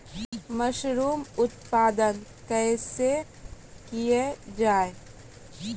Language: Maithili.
मसरूम उत्पादन कैसे किया जाय?